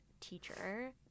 teacher